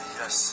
yes